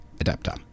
adapter